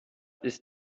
ist